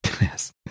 Yes